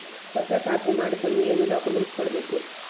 ಹೊಸ ಖಾತೆ ಮಾಡಿಸಲು ಏನು ಡಾಕುಮೆಂಟ್ಸ್ ಕೊಡಬೇಕು?